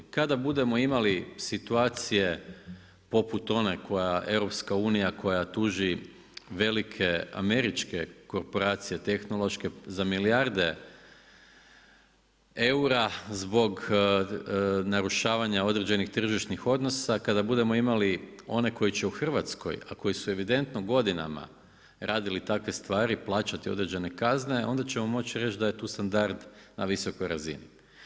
Kada budemo imali situacije poput one koja EU koja tuži velike američke korporacije tehnološke za milijarde eura zbog narušavanja određenih tržišnih odnosa, kada budemo imali one koji će u Hrvatskoj, a koji su evidentno godinama radili takve stvari plaćati određene kazne onda ćemo moći reći da je tu standard na visokoj razini.